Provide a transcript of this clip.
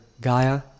Gaia